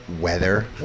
weather